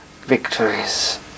victories